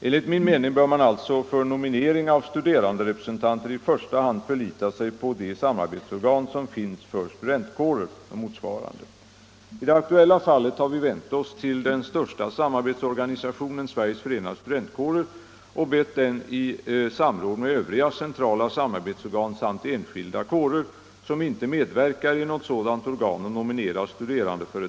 Enligt min mening bör man alltså för nominering av studeranderepresentanter i första hand förlita sig på de samarbetsorgan som finns för studentkårer . I det aktuella fallet har vi vänt oss till den största samarbetsorganisationen, Sveriges förenade studentkårer , och bett den att i samråd verkar i något sådant organ, nominera studerandeföreträdare i samtliga Torsdagen den sex regionala kommmittéer.